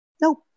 Nope